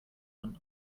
man